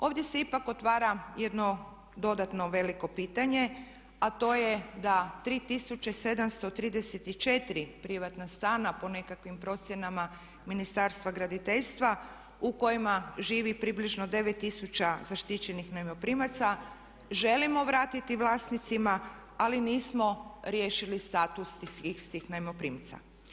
Ovdje se ipak otvara jedno dodatno veliko pitanje, a to je da 3734 privatna stana po nekakvim procjenama Ministarstva graditeljstva u kojima živi približno 9000 zaštićenih najmoprimaca želimo vratiti vlasnicima ali nismo riješili status tih istih najmoprimaca.